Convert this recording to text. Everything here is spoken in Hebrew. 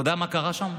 אתה יודע מה קרה שם?